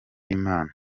imana